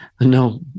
no